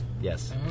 Yes